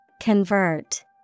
Convert